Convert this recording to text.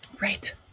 Right